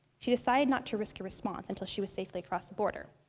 she decided not to risk a response until she was safely across the border.